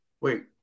wait